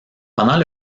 pendant